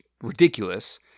ridiculous